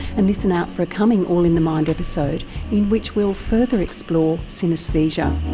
and listen out for a coming all in the mind episode in which we'll further explore synaesthesia.